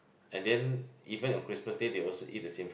and then even on Christmas Day they also eat the same food